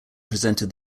presented